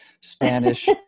Spanish